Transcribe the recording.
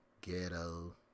ghetto